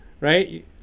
right